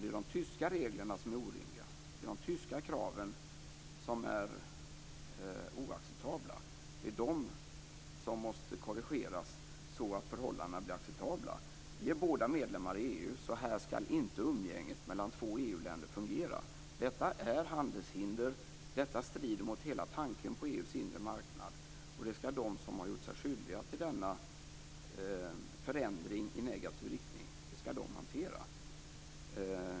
Det är de tyska reglerna som är orimliga, de tyska kraven som är oacceptabla. Det är de som måste korrigeras, så att förhållandena blir acceptabla. Vi är båda medlemmar i EU, och så här skall inte umgänget mellan två EU-länder fungera. Detta är handelshinder. Detta strider mot hela tanken på EU:s inre marknad. Det skall de som gör sig skyldiga till denna förändring i negativ riktning hantera.